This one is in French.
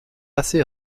assez